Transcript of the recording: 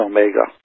Omega